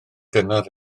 gynnar